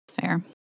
fair